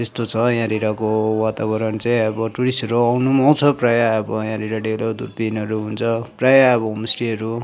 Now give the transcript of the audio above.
त्यस्तो छ यहाँनिरको वातावरण चाहिँ अब टुरिस्टहरू आउनु पनि आउँछ प्राय अब यहाँनिर डेलो दुर्पिनहरू हुन्छ प्राय अब होमस्टेहरू